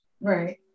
Right